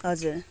हजुर